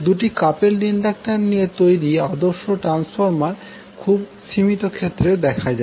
দুটি কাপেলড ইন্ডাক্টরের নিয়ে তৈরি আদর্শ ট্রান্সফর্মার খুব সীমিত ক্ষেত্রে দেখা যায়